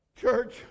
Church